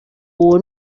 uwo